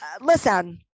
listen